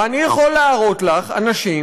ואני יכול להראות לך אנשים,